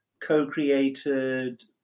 co-created